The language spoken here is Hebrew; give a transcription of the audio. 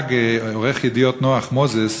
שכשנהרג עורך "ידיעות אחרונות" נח מוזס,